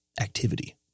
activity